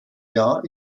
jahr